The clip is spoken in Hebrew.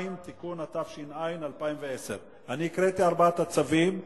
2) (תיקון), התש"ע 2010. הקראתי את ארבעת הצווים,